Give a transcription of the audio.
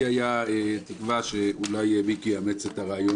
לי הייתה תקווה שאולי מיקי יאמץ את הרעיון